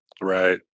Right